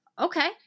Okay